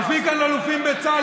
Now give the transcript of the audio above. יושבים כאן אלופים בצה"ל,